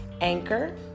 anchor